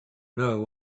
know